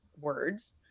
words